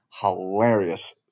hilarious